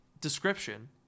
description